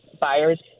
buyers